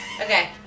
Okay